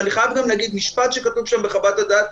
ואני חייב להגיד משפט שכתוב שם בחוות הדעת,